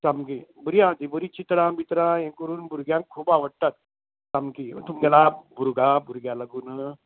सामकी बरीं आसा बरीं चित्रां बित्रां हें करून भुरग्यांक खूब आवडटात सामकी तुमगेलो भुरगो आसा भुरग्या लागून